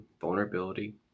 vulnerability